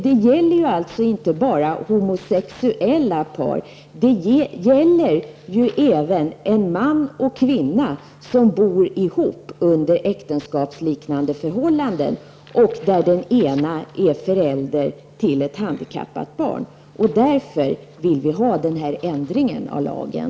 Det gäller alltså inte bara homosexuella par, utan det gäller även en man och kvinna som bor ihop under äktenskapsliknande förhållanden, där den ena är förälder till ett handikappat barn. Därför vill vi ha en ändring av lagen.